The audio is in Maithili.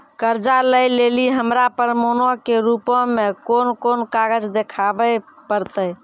कर्जा लै लेली हमरा प्रमाणो के रूपो मे कोन कोन कागज देखाबै पड़तै?